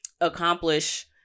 accomplish